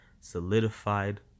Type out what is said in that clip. solidified